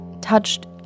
touched